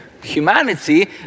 humanity